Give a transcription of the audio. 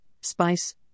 spice